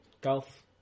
golf